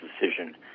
decision